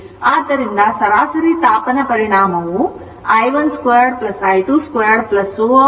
ಆದ್ದರಿಂದ ಸರಾಸರಿ ತಾಪನ ಪರಿಣಾಮವು i12i22